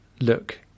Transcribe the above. look